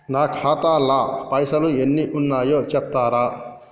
నా ఖాతా లా పైసల్ ఎన్ని ఉన్నాయో చెప్తరా?